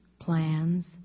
plans